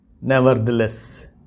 nevertheless